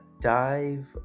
dive